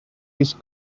his